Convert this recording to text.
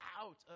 out